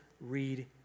read